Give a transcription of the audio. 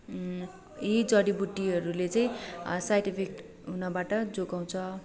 यी जडीबुटीहरूले चाहिँ साइड इफेक्ट हुनबाट जोगाउँछ